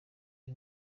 ubu